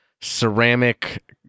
ceramic